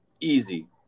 Easy